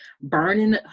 burning